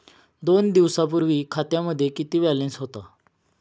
दोन दिवसांपूर्वी खात्यामध्ये किती बॅलन्स होता?